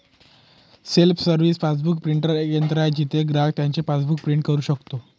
self service passbook printer एक यंत्र आहे जिथे ग्राहक त्याचे पासबुक प्रिंट करू शकतो